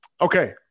Okay